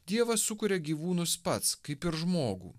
dievas sukuria gyvūnus pats kaip ir žmogų